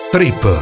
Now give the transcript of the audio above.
Trip